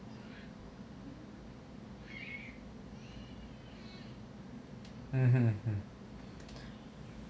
mmhmm hmm